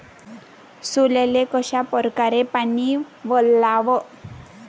सोल्याले कशा परकारे पानी वलाव?